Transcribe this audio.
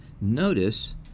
notice